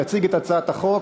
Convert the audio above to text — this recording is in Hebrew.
יציג את הצעת החוק